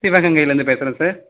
சிவகங்கையிலேந்து பேசறேன் சார்